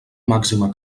màxima